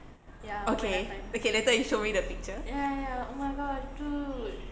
okay okay later you show me the picture